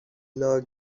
law